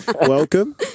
Welcome